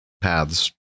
paths